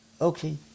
Okay